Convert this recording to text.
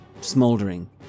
smouldering